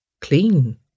clean